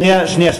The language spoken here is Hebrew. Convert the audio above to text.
שנייה,